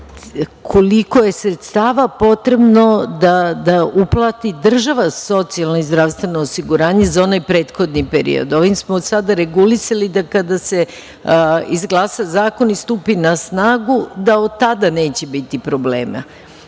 koliko je sredstava potrebno da uplati država socijalno i zdravstveno osiguranje za onaj prethodni period. Ovim smo sada regulisali da kada se izglasa zakon i stupi na snagu, da od tada neće biti problema